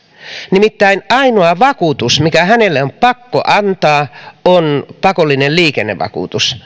nimittäin ainoa vakuutus mikä hänelle on pakko antaa on pakollinen liikennevakuutus